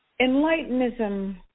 Enlightenism